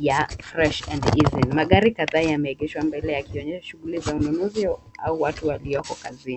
ya Fresh and Easen . Magari kadhaa yameegeshwa mbele yake yakionyesha shughuli ya ununuzi au watu walioko kazini.